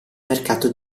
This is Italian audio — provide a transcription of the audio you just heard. mercato